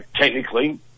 technically